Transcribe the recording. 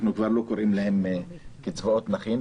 אנחנו כבר לא קוראים להם קצבאות נכים,